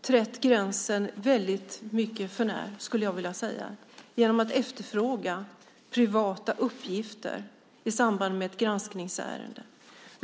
trätt gränsen väldigt mycket för nära, skulle jag vilja säga, genom att efterfråga privata uppgifter i samband med ett granskningsärende.